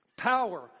Power